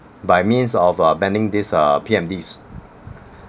by means of uh banning this uh P_M_Ds